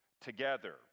together